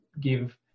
give